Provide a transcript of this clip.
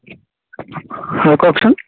হয় কওকচোন